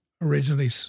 originally